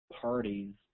parties